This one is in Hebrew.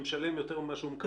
שמשלם יותר ממה שהוא מקבל.